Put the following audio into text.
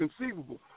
conceivable